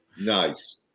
Nice